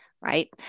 right